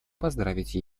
поздравить